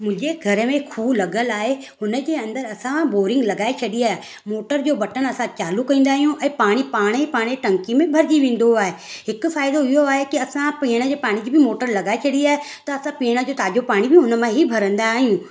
मुंहिंजे घर में खू लॻल आहे हुन जे अंदरि असां बोरी लॻाए छॾी आहे मोटर जो बटण असां चालू कंदा आहियूं ऐं पाणी पाण ई टंकी में भरिजी वेंदो आहे हिकु फ़ाइदो इहो आहे की असां पीअण जे पाणी जी बि मोटर लगाए छॾी आहे त असां पीअण जो ताज़ो पाणी बि हुन मां ई भरंदा आहियूं